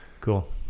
Cool